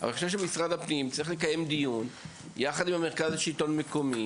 אבל לדעתי משרד הפנים צריך לקיים דיון עם מרכז השלטון המקומי